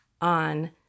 on